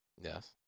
Yes